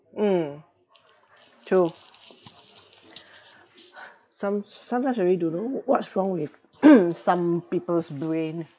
mm true some~ sometimes really don't know what's wrong with some people's brain